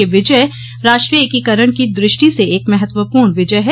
यह विजय राष्ट्रीय एकीकरण की दृष्टि से एक महत्वपूर्ण विजय है